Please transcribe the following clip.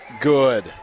good